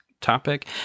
topic